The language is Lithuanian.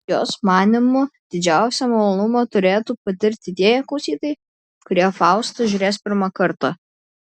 jos manymu didžiausią malonumą turėtų patirti tie klausytojai kurie faustą žiūrės pirmą kartą